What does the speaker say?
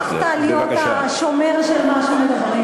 ממתי הפכת להיות השומר של מה שמדברים?